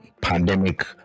Pandemic